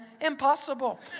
Impossible